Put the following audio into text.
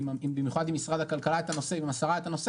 במיוחד עם משרד הכלכלה ועם השרה את הנושא